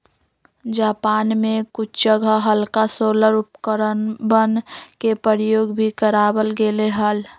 Japan में कुछ जगह हल्का सोलर उपकरणवन के प्रयोग भी करावल गेले हल